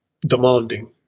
demanding